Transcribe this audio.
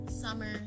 summer